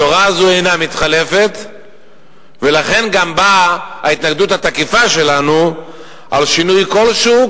התורה הזאת אינה מתחלפת ולכן גם באה ההתנגדות התקיפה שלנו לשינוי כלשהו,